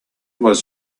was